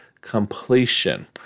completion